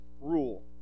rule